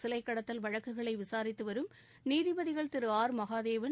சிலை கடத்தல் வழக்குகளை விசாரித்து வரும் நீதிபதிகள் திரு ஆர் மகாதேவன்